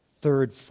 Third